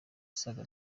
asaga